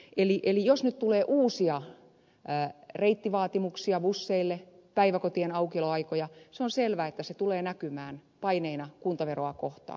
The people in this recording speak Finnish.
eli jos nyt tulee uusia reittivaatimuksia busseille päiväkotien aukioloajoille on selvää että se tulee näkymään paineena kuntaveroa kohtaan